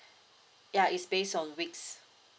ya is based on weeks